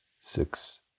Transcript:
six